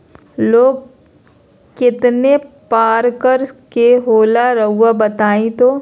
Loan कितने पारकर के होला रऊआ बताई तो?